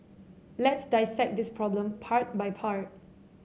let's dissect this problem part by part